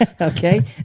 Okay